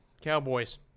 Cowboys